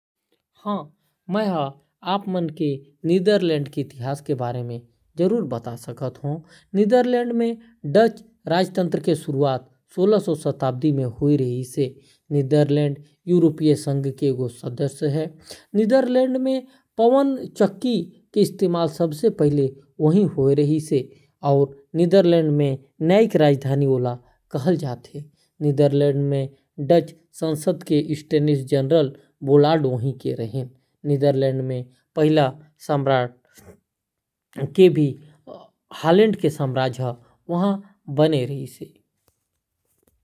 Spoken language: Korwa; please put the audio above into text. नीदरलैंड के इतिहास दू हजार साल पुराना हावय। ये यूरोप महाद्वीप के एक प्रमुख देश हावय। नीदरलैंड के इतिहास के कुछ प्रमुख घटनाक्रम ये हावयं। नीदरलैंड म ईसाई धर्म के शुरूआत एक हजार ईसा पूर्व ले पहिली होए रिहिस। सोलहवीं वीं सदी म नीदरलैंड ह केल्विनवाद ल अपनाये रिहिस। पंद्रह सो एकयसी विलियम ऑफ ऑरेंज के नेतृत्व म नीदरलैंड ह स्पेन के खिलाफ विद्रोह करके यूनाइटेड नीदरलैंड गणराज्य बन गे।